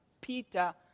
Peter